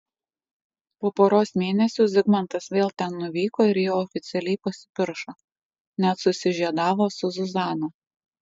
po poros mėnesių zigmantas vėl ten nuvyko ir jau oficialiai pasipiršo net susižiedavo su zuzana